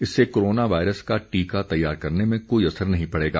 इससे corona virus का टीका तैयार करने में कोई असर नहीं पड़ेगा